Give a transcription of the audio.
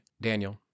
Daniel